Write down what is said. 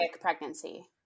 pregnancy